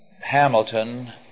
Hamilton